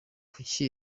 kuki